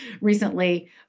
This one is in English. recently